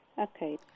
Okay